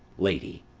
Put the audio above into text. lady.